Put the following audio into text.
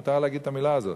מותר להגיד את המלה הזאת,